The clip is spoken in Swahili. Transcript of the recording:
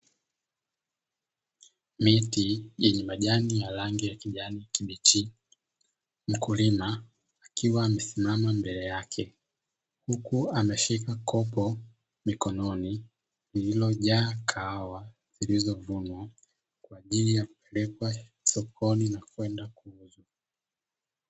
Miti yenye majani ya rangi ya kijani kibichi, mkulima akiwa amesimama mbele yake, huku ameshika kopo mikononi lililojaa kahawa zilizovunwa kwa ajili ya kupelekwa sokoni kuuzwa.